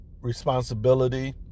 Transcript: responsibility